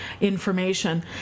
information